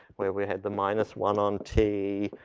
where we had the minus one on t.